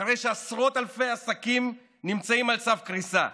אחרי שעשרות אלפי עסקים נמצאים על סף קריסה?